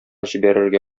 җибәрергә